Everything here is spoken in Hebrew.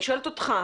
אני שואלת אותך,